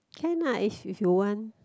can lah if if you want